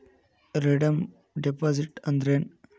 Redeem deposit ಅಂದ್ರೇನ್?